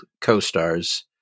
Co-Stars